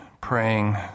praying